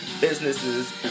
businesses